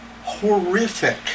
horrific